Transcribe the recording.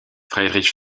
friedrich